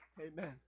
Amen